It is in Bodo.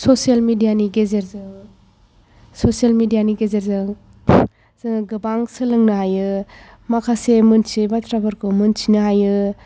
ससियेल मिडिया नि गेजेरजों जोङो गोबां सोलोंनो हायो माखासे मोनथियै बाथ्राफोरखौ मोनथिनो हायो